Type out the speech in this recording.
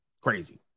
Crazy